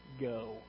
go